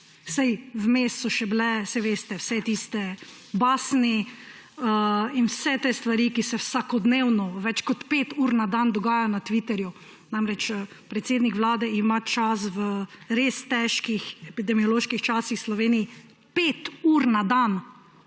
Vmes so bile še, saj veste, vse tiste basni in vse te stvari, ki se vsakodnevno več kot pet ur na dan dogajajo na Twitterju. Predsednik Vlade ima čas v res težkih epidemioloških časih v Sloveniji pet ur na dan